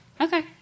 Okay